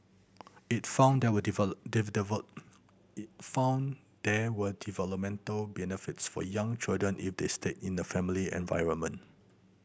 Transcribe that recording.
it found there were it found there were developmental benefits for young children if they stayed in a familiar environment